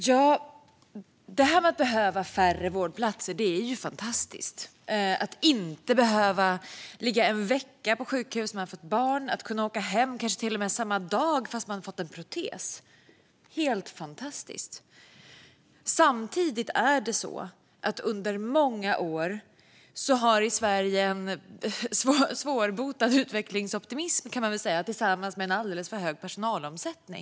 Fru talman! Att behöva färre vårdplatser är fantastiskt, det vill säga att inte behöva ligga en vecka på sjukhus när man har fött barn eller att kunna åka hem till och med samma dag fast man har fått en protes. Det är helt fantastiskt. Samtidigt har det under många år funnits en svårbotad utvecklingsoptimism i Sverige tillsammans med en alldeles för hög personalomsättning.